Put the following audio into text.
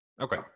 Okay